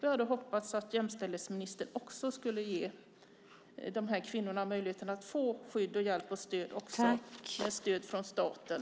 Jag hade hoppats att jämställdhetsministern också skulle ge de kvinnorna möjligheten att få skydd och hjälp med stöd från staten.